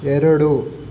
ಎರಡು